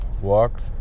Walk